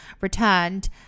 returned